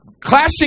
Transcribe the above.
Clashing